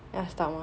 要 stop mah